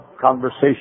conversation